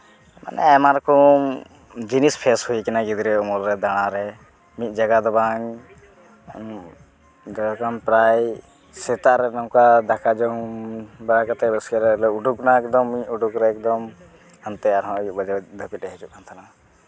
ᱢᱟᱱᱮ ᱟᱭᱢᱟ ᱨᱚᱠᱚᱢ ᱡᱤᱱᱤᱥ ᱯᱷᱮᱥ ᱦᱩᱭ ᱠᱟᱱᱟ ᱜᱤᱫᱽᱨᱟᱹ ᱟᱢᱚᱞ ᱨᱮ ᱫᱟᱬᱟ ᱨᱮ ᱢᱤᱫ ᱡᱟᱭᱜᱟ ᱫᱚ ᱵᱟᱝ ᱦᱮᱸ ᱡᱟᱭᱜᱟᱢ ᱯᱨᱟᱭ ᱥᱮᱛᱟᱜ ᱨᱮ ᱱᱚᱝᱠᱟ ᱫᱟᱠᱟ ᱡᱚᱢ ᱵᱟᱲᱟ ᱠᱟᱛᱮ ᱩᱰᱩᱠᱱᱟ ᱮᱠᱫᱚᱢ ᱢᱤᱫ ᱩᱰᱩᱠ ᱨᱮ ᱮᱠᱫᱚᱢ ᱦᱟᱱᱛᱮ ᱟᱨᱦᱚᱸ ᱟᱹᱭᱩᱵ ᱵᱟᱡᱮ ᱫᱷᱟᱹᱵᱤᱡ ᱞᱮ ᱦᱤᱡᱩᱜ ᱠᱟᱱ ᱛᱟᱦᱮᱱᱟ